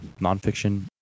nonfiction